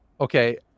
Okay